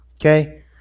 okay